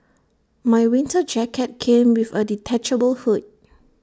my winter jacket came with A detachable hood